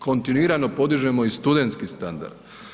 Kontinuirano podižemo i studentski standard.